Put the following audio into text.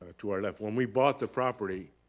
to our left. when we bought the property,